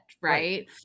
Right